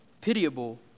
pitiable